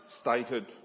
stated